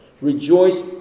Rejoice